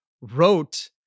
wrote